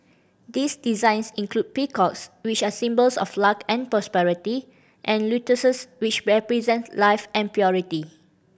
this designs include peacocks which are symbols of luck and prosperity and lotuses which represent life and